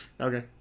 Okay